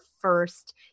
first